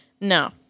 No